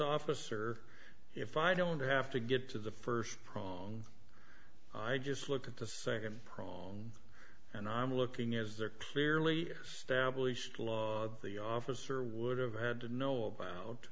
officer if i don't have to get to the first prong i just look at the second prong and i'm looking as they're clearly stablished law the officer would have had to know about